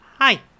Hi